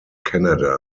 canada